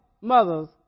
mothers